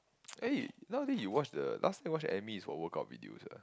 eh nowaday you watch the last time you watch the Emmy is for workout videos what